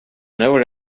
never